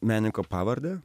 menininko pavardę